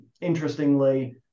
interestingly